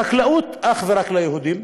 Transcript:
חקלאות, אך ורק ליהודים,